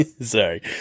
Sorry